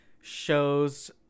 shows